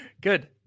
good